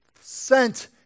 sent